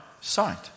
sight